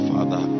Father